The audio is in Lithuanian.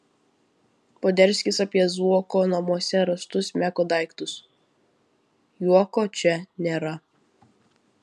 poderskis apie zuoko namuose rastus meko daiktus juoko čia nėra